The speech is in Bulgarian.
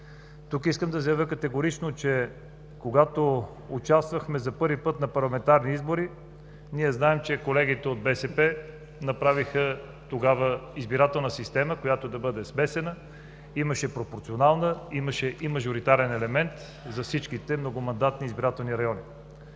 искам да заявя, че когато участвахме за първи път на парламентарни избори, ние знаем, че колегите от БСП направиха тогава избирателна система, която да е смесена. Имаше пропорционален, имаше и мажоритарен елемент за всичките многомандатни избирателни райони.